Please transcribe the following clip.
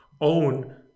own